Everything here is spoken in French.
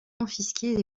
confisqués